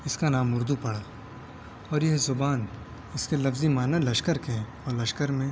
اس کا نام اردو پڑا اور یہ زبان اس کے لفظی معنیٰ لشکر کے ہیں اور لشکر میں